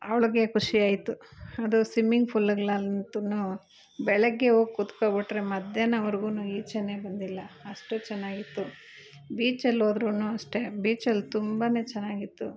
ಅವ್ಳಿಗೆ ಖುಷಿಯಾಯ್ತು ಅದು ಸ್ವಿಮ್ಮಿಂಗ್ ಫೂಲ್ಗಳಂತು ಬೆಳಗ್ಗೆ ಹೋಗ್ ಕೂತ್ಕೋ ಬಿಟ್ಟರೆ ಮಧ್ಯಾಹ್ನವರ್ಗು ಈಚೆನೇ ಬಂದಿಲ್ಲ ಅಷ್ಟು ಚೆನ್ನಾಗಿತ್ತು ಬೀಚಲ್ಲಿ ಹೋದ್ರು ಅಷ್ಟೆ ಬೀಚಲ್ಲಿ ತುಂಬ ಚೆನ್ನಾಗಿತ್ತು